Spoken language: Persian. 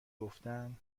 گفتن